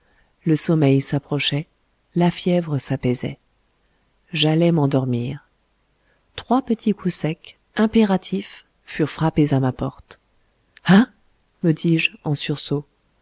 le sommeil s'approchait la fièvre s'apaisait j'allais m'endormir trois petits coups secs impératifs furent frappés à ma porte hein me dis-je en sursaut